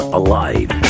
alive